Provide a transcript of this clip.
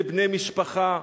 לבני משפחה,